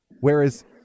Whereas